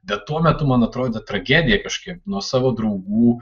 bet tuo metu man atrodė tragedija kažkaip nuo savo draugų